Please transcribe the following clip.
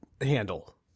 handle